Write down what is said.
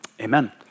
amen